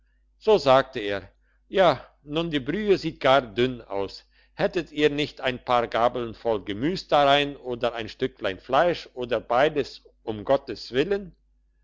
so sagte er ja und die brühe sieht gar dünn aus hättet ihr nicht ein paar gabeln voll gemüs darein oder ein stücklein fleisch oder beides um gottes willen